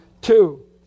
Two